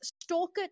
Stalker